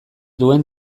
duen